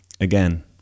Again